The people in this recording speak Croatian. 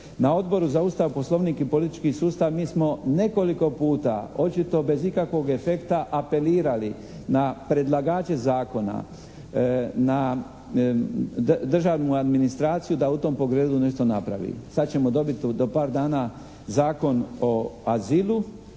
Na Odboru za Ustav, Poslovnik i politički sustav mi smo nekoliko puta očito bez ikakvog efekta apelirali na predlagače zakona, na državnu administraciju da u tom pogledu nešto napravi. Sad ćemo dobiti za par dana Zakon o azilu.